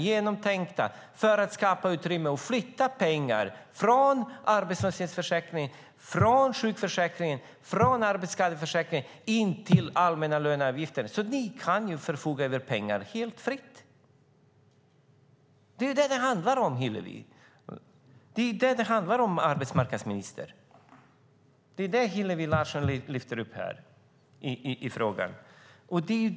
Det handlar om att skapa utrymme och flytta pengar från arbetslöshetsförsäkringen, sjukförsäkringen och arbetsskadeförsäkringen till allmänna löneavgifter så att ni kan förfoga över pengarna helt fritt. Det är vad det handlar om, arbetsmarknadsministern. Det är vad Hillevi Larsson lyfter fram i sin fråga.